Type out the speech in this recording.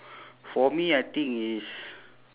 for me I think it's